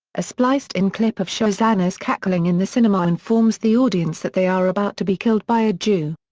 a spliced-in clip of shosanna's cackling in the cinema informs the audience that they are about to be killed by a jew.